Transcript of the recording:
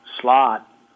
slot